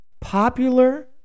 popular